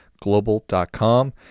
global.com